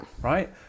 Right